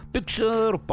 Picture